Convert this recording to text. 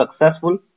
successful